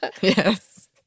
Yes